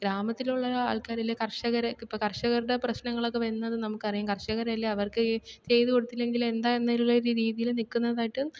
ഗ്രാമത്തിലുള്ള ആൾക്കാരല്ലേ കർഷകരെ ഒക്കെ ഇപ്പം കർഷകരുടെ പ്രശ്നങ്ങളൊക്കെ വരുന്നത് നമുക്കറിയാം കർഷകരല്ലേ അവർക്ക് ഈ ചെയ്ത് കൊടുത്തില്ലെങ്കിൽ എന്താ എന്നുള്ള രീതിയിൽ നിൽക്കുന്നതായിട്ട്